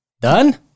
Done